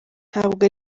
ntabwo